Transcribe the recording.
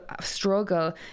struggle